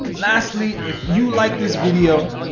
lastly, if you like this video,